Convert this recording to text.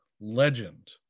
legend